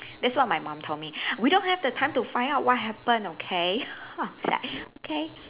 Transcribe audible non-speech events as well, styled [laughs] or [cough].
that's what my mum told me [breath] we don't have the time to find out what happen okay [laughs] I was like okay